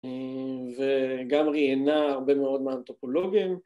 ‫וגם ראיינה הרבה מאוד מהאנתרופולוגיה.